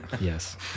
yes